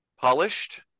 polished